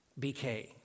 BK